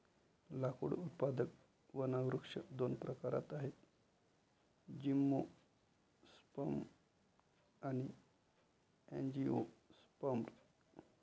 लाकूड उत्पादक वनवृक्ष दोन प्रकारात आहेतः जिम्नोस्पर्म आणि अँजिओस्पर्म